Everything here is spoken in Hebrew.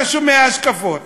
אתה שומע השקפות,